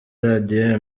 radio